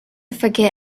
forget